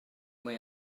mwy